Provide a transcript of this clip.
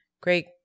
great